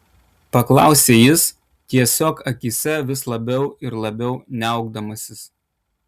paklausė jis tiesiog akyse vis labiau ir labiau niaukdamasis